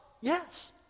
Yes